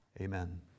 amen